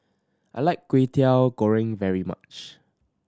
I like Kwetiau Goreng very much